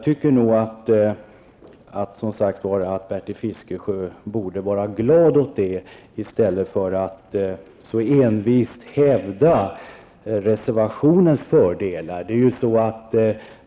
Bertil Fiskesjö borde vara glad åt detta i stället för att så envist hävda reservationens fördelar.